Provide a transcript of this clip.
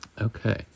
okay